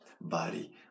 body